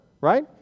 right